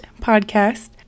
podcast